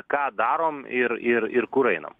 ką darom ir ir ir kur einam